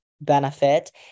benefit